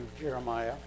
Jeremiah